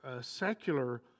secular